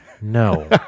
No